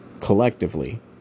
collectively